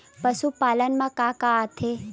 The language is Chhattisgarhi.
पशुपालन मा का का आथे?